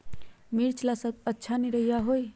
मिर्च ला अच्छा निरैया होई?